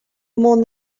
mon